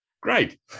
Great